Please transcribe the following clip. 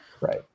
Right